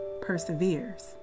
perseveres